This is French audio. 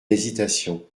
hésitation